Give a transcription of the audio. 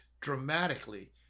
dramatically